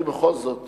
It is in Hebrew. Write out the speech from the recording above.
אני בכל זאת